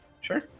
sure